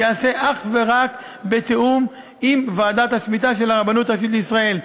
ייעשה אך ורק בתיאום עם ועדת השמיטה של הרבנות הראשית לישראל.